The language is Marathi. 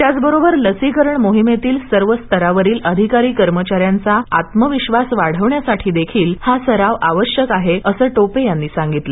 त्याचबरोबर लसीकरण मोहिमेतील सर्व स्तरावरील अधिकारी कर्मचाऱ्यांचा आत्मविश्वास वाढवण्यासाठी देखील हा सराव आवश्यक आहे असं टोपे यांनी सांगितलं